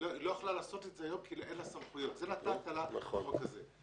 היא לא יכולה לעשות את זה היום כי אין לה סמכויות אותן נתת לה בחוק הזה.